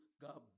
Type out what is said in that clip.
God